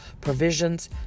provisions